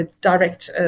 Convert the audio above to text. direct